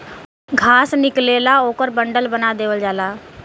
घास निकलेला ओकर बंडल बना देवल जाला